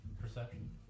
Perception